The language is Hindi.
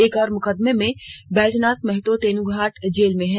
एक और मुकदमे में बैजनाथ महतो तेनुघाट जेल में हैं